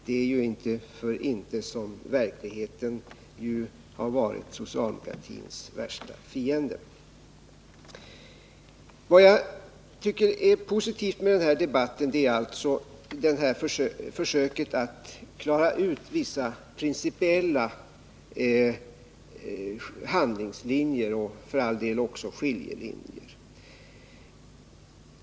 Det är ju inte för inte som verkligheten har varit socialdemokratins värsta fiende. Vad jag tycker är positivt med den här debatten är alltså försöket att klara ut vissa principiella handlingslinjer och för all del också skiljelinjer.